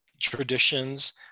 traditions